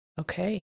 Okay